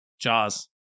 Jaws